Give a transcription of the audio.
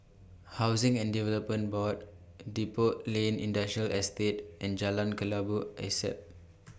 Housing and Development Board Depot Lane Industrial Estate and Jalan Kelabu Asap